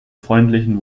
freundlichen